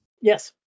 Yes